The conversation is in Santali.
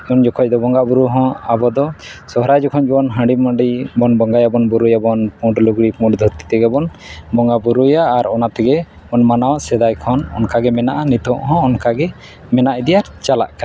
ᱩᱱ ᱡᱚᱠᱷᱚᱱ ᱫᱚ ᱵᱚᱸᱜᱟᱼᱵᱩᱨᱩ ᱦᱚᱸ ᱟᱵᱚ ᱫᱚ ᱥᱚᱦᱚᱨᱟᱭ ᱡᱚᱠᱷᱚᱱ ᱡᱮᱢᱚᱱ ᱦᱟᱺᱰᱤ ᱢᱟᱺᱰᱤ ᱵᱚᱱ ᱵᱚᱸᱜᱟᱭᱟᱵᱚᱱ ᱵᱩᱨᱩᱭᱟᱵᱚᱱ ᱯᱩᱸᱰ ᱞᱩᱜᱽᱲᱤᱡ ᱯᱩᱸᱰ ᱫᱷᱩᱛᱤ ᱛᱮᱜᱮᱵᱚᱱ ᱵᱚᱸᱜᱟᱼᱵᱩᱨᱩᱭᱟ ᱟᱨ ᱚᱱᱟ ᱛᱮᱜᱮ ᱵᱚᱱ ᱢᱟᱱᱟᱣᱟ ᱥᱮᱫᱟᱭ ᱠᱷᱚᱱ ᱚᱱᱠᱟᱜᱮ ᱢᱮᱱᱟᱜᱼᱟ ᱱᱤᱛᱚᱜ ᱦᱚᱸ ᱚᱱᱠᱟᱜᱮ ᱢᱮᱱᱟᱜ ᱤᱫᱤᱭᱟ ᱪᱟᱞᱟᱜ ᱠᱟᱱᱟ